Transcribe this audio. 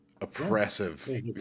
oppressive